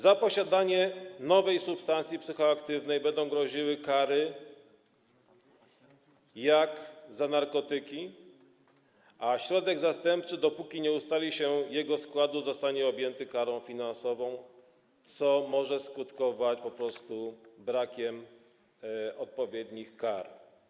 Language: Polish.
Za posiadanie nowej substancji psychoaktywnej będą groziły takie kary jak za posiadanie narkotyków, a środek zastępczy, dopóki nie ustali się jego składu, zostanie objęty karą finansową, co może skutkować po prostu brakiem odpowiednich kar.